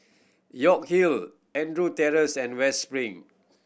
York Hill Andrew Terrace and West Spring